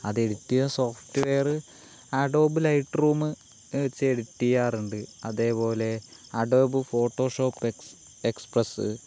അത് എഡിറ്റ് ചെയ്യാൻ software Adobe Lightroom വച്ച് എഡിറ്റ് ചെയ്യാറ്ണ്ട് അതേപോലെ അഡോബ് ഫോട്ടോഷോപ്പ് എക്സ് പ്ലസ്